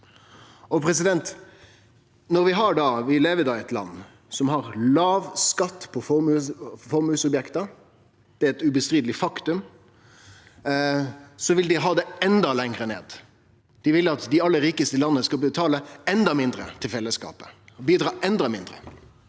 i breitt. Når vi da lever i eit land som har låg skatt på formuesobjekt – det er eit uomtvisteleg faktum – vil dei ha han enda lenger ned. Dei vil at dei aller rikaste i landet skal betale enda mindre til fellesskapet og bidra enda mindre.